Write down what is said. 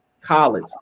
college